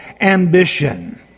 ambition